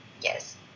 Yes